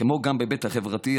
כמו גם בהיבט החברתי,